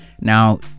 now